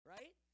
Right